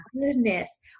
goodness